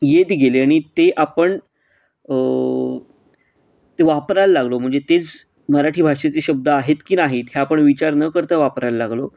येत गेले आणि ते आपण ते वापरायला लागलो म्हणजे तेच मराठी भाषेचे शब्द आहेत की नाहीत हे आपण विचार न करता वापरायला लागलो